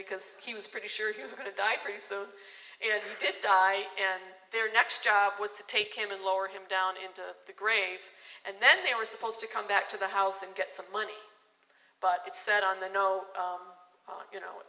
because he was pretty sure he was going to die for you so did die and their next job was to take him in lower him down into the grave and then they were supposed to come back to the house and get some money but it said on the no you know